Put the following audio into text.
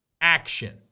action